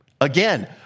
Again